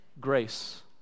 grace